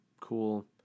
cool